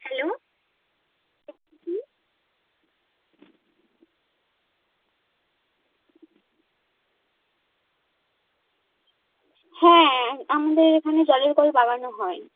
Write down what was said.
hello হুম হ্যাঁ আমাদের এখানে জলের কল লাগানো হয়